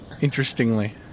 Interestingly